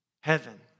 heaven